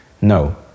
No